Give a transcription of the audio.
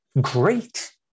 Great